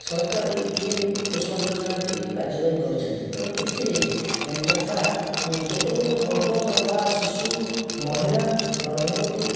ସରକାର ଏହି P M Poshan ଯୋଜନାଟି କାର୍ଯ୍ୟକାରୀ କରିଚନ୍ତି ତେଣୁ ଏଥିରେ ଯଥା କେତେଗୁଡ଼ିଏ ବର୍ଗ ଯଥା ଶିଶୁ ମହିଳା ଗର୍ଭବତୀ